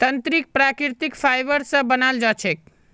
तंत्रीक प्राकृतिक फाइबर स बनाल जा छेक